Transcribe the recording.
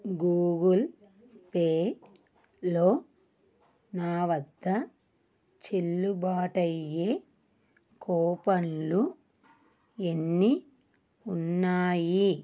Google పేలో నావద్ద చెల్లుబాటయ్యే కూపన్లు ఎన్ని ఉన్నాయి